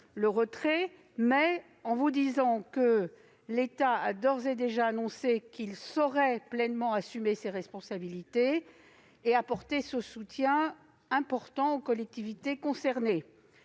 Je tiens à vous préciser que l'État a d'ores et déjà annoncé qu'il saurait pleinement assumer ses responsabilités et apporter un soutien important aux collectivités concernées.